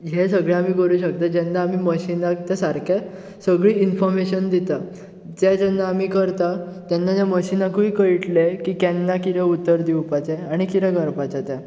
हें सगळें आमी कोरूंक शकता जेन्ना आमी मशिनाक तें सारकें सगळी इनफॉर्मेशन दिता जें जेन्ना आमी करता तेन्ना तें मशिनाकूय कळट्लें की केन्ना कितें उतर दिवपाचें आनी कितें करपाचें तें